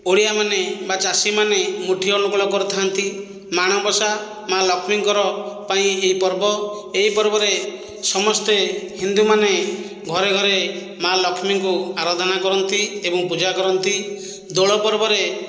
ଓଡ଼ିଆମାନେ ବା ଚାଷୀମାନେ ମୁଠି ଅନୁକୂଳ କରିଥାନ୍ତି ମାଣବସା ମାଁ ଲକ୍ଷ୍ମୀଙ୍କର ପାଇଁ ଏହି ପର୍ବ ଏହି ପର୍ବରେ ସମସ୍ତେ ହିନ୍ଦୁମାନେ ଘରେ ଘରେ ମାଁ ଲକ୍ଷ୍ମୀଙ୍କୁ ଆରାଧନା କରନ୍ତି ଏବଂ ପୂଜା କରନ୍ତି ଦୋଳ ପର୍ବରେ